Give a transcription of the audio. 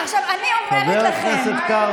חבר הכנסת קרעי.